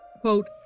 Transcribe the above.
Quote